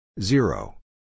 Zero